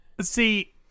See